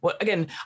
again